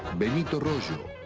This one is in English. benito roggio,